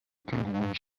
kangaroos